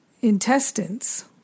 intestines